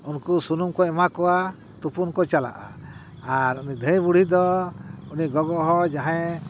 ᱩᱱᱠᱩ ᱥᱩᱱᱩᱢ ᱠᱚ ᱮᱢᱟ ᱠᱚᱣᱟ ᱛᱩᱯᱩᱱ ᱠᱚ ᱪᱟᱞᱟᱜᱼᱟ ᱟᱨ ᱩᱱᱤ ᱫᱷᱟᱹᱭ ᱵᱩᱲᱦᱤ ᱫᱚ ᱩᱱᱤ ᱜᱚᱜᱚ ᱦᱚᱲ ᱡᱟᱦᱟᱸᱭᱮ